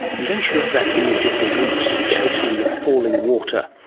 and don't you love that image of the roots chasing the falling water?